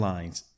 Lines